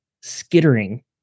skittering